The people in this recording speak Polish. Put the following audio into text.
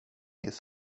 jest